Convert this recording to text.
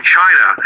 China